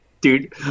dude